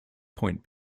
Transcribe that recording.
point